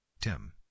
Tim